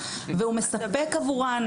והוא מספק עבורן.